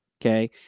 Okay